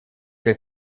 für